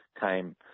came